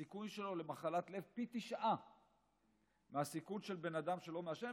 הסיכוי שלו למחלת לב הוא פי תשעה מהסיכון של בן אדם שלא מעשן.